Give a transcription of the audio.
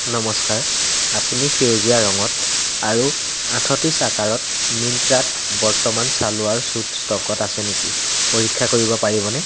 নমস্কাৰ আপুনি সেউজীয়া ৰঙত আৰু আঠত্ৰিছ আকাৰত মিন্ত্ৰাত বৰ্তমান ছালৱাৰ ছুট ষ্টকত আছে নেকি পৰীক্ষা কৰিব পাৰিবনে